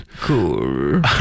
Cool